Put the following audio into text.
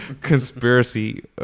conspiracy